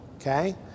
okay